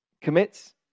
commits